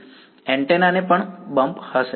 વિદ્યાર્થી એન્ટેના ને પણ બંપ હશે